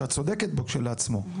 שאת צודקת בו כשלעצמו.